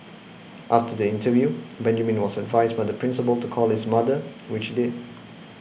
after the interview Benjamin was advised by the Principal to call his mother which did